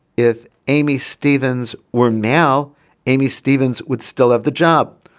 if amy stevens were now amy stevens would still have the job.